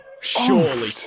Surely